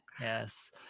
Yes